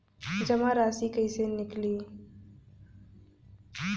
जमा राशि कइसे निकली?